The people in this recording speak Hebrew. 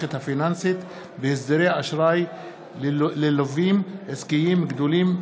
המערכת הפיננסית בהסדרי אשראי ללווים עסקיים גדולים,